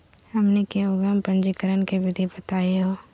हमनी के उद्यम पंजीकरण के विधि बताही हो?